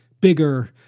bigger